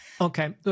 Okay